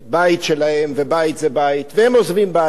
בית שלהם, ובית זה בית, והם עוזבים בית.